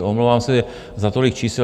A omlouvám se za tolik čísel.